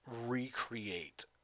recreate